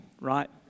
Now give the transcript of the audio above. right